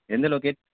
எந்த லொக்கே